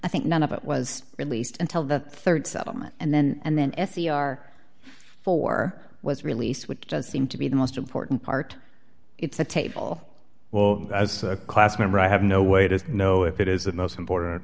i think none of it was released until the rd settlement and then and then s c r four was released which does seem to be the most important part it's the table well as a class member i have no way to know if it is the most important